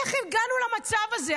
איך הגענו למצב הזה?